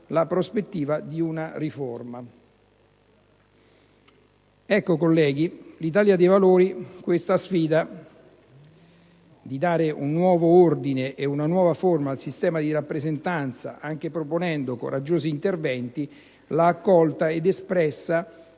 la prospettiva di una riforma. Ecco colleghi, l'Italia dei Valori questa sfida di dare un nuovo ordine ed una nuova forma al sistema della rappresentanza, anche proponendo coraggiosi interventi, l'ha accolta ed espressa